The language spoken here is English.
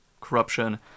corruption